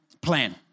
plan